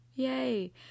Yay